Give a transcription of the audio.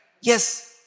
Yes